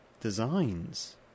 designs